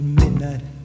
midnight